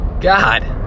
God